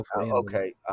Okay